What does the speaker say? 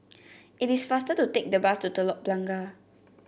it is faster to take the bus to Telok Blangah